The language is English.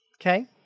Okay